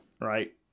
Right